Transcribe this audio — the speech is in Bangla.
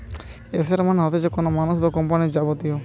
এসেট মানে হতিছে কোনো মানুষ বা কোম্পানির যাবতীয়